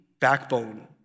backbone